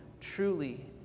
truly